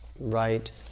right